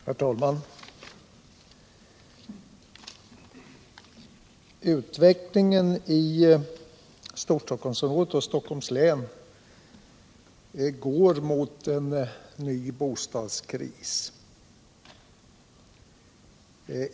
Herr talman! Utvecklingen i Storstockholmsområdet och i Stockholms län går mot en ny bostadskris.